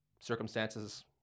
Circumstances